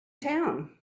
town